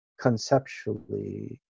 conceptually